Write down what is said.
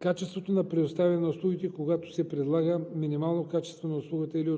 качеството на предоставяне на услугите, когато се предлага минимално качество на услугата или